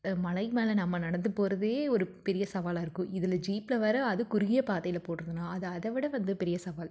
மலை மேல் நம்ம நடந்து போகிறதே ஒரு பெரிய சவாலாக இருக்கும் இதில் ஜீப்பில் வேறு அதுவும் குறுகிய பாதையில் போகிறதுன்னா அது அதை விட வந்து பெரிய சவால்